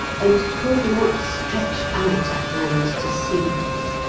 and could not stretch out a hand to seize.